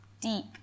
deep